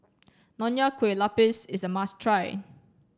Nonya Kueh Lapis is a must try